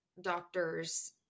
doctors